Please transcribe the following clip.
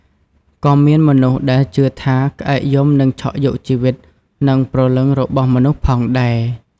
ក៏មានមនុស្សដែលជឿថា ក្អែកយំនឹងឆក់យកជីវិត និងព្រលឹងរបស់មនុស្សផងដែរ៕